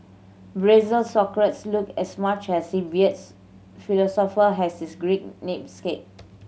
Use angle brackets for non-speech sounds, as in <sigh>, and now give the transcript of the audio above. Brazil's Socrates looked as much as <unintelligible> philosopher has his Greek name <unintelligible>